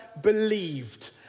believed